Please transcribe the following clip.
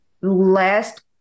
last